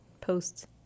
posts